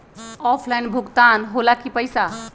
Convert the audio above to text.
Offline भुगतान हो ला कि पईसा?